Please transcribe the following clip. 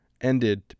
ended